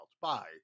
Bye